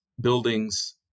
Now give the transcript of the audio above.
buildings